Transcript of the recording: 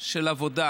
של עבודה,